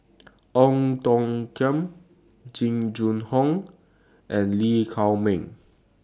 Ong Tiong Khiam Jing Jun Hong and Lee Chiaw Meng